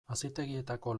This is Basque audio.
hazitegietako